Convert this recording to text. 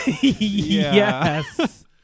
Yes